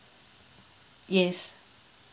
yes